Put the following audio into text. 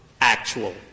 actual